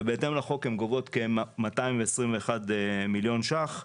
ובהתאם לחוק הן גובות כ-221 מיליון שקלים.